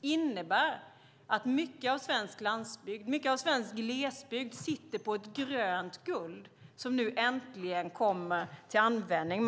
innebär att mycket av svensk landsbygd och glesbygd sitter på ett grönt guld som äntligen kommer till användning.